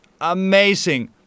amazing